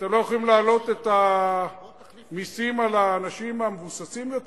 אתם לא יכולים להעלות את המסים על האנשים המבוססים יותר?